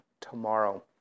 tomorrow